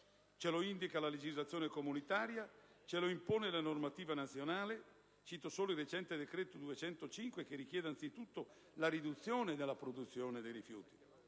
Ce lo indica la legislazione comunitaria, ce lo impone la normativa nazionale (cito solo il recente decreto legislativo n. 205, che richiede anzitutto la riduzione della produzione di rifiuti),